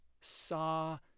saw